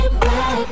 black